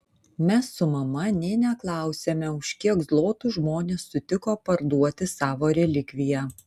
mes su mama nė neklausėme už kiek zlotų žmonės sutiko parduoti savo relikviją